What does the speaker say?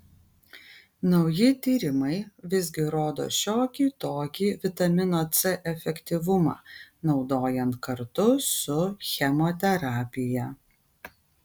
nauji tyrimai visgi rodo šiokį tokį vitamino c efektyvumą naudojant kartu su chemoterapija